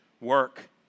work